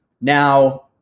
Now